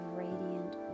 radiant